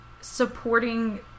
supporting